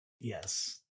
Yes